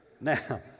Now